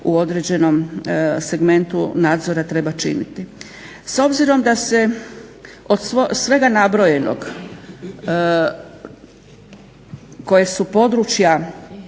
u određenom segmentu nadzora treba činiti. S obzirom da se od svega nabrojenog koje su područja